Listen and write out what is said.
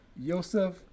Yosef